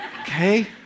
okay